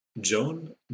Joan